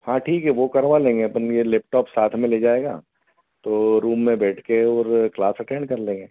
हाँ ठीक है वह करवा लेंगे आपन यह लैपटॉप साथ में ले जाएगा तो रूम में बैठ कर और क्लास अटेन्ड कर लेगा